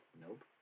nope